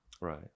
Right